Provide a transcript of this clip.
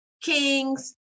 kings